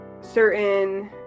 certain